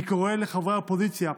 אני קורא לחברי האופוזיציה,